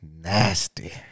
nasty